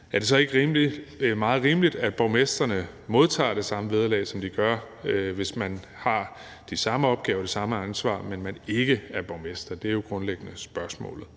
Er det så ikke meget rimeligt, at borgmestrene modtager det samme vederlag, som de gør, hvis man har de samme opgaver og det samme ansvar, men man ikke er borgmester? Det er jo grundlæggende spørgsmålet.